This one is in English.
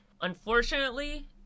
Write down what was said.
Unfortunately